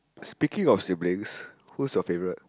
speaking of siblings who's your favourite